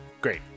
great